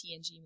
TNG